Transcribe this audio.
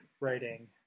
writing